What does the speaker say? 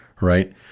right